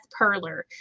Perler